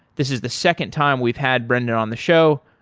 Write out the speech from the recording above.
this is the second time we've had brendan on the show.